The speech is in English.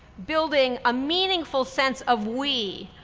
building a meaningful sense of we,